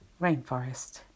Rainforest